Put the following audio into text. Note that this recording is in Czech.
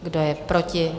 Kdo je proti?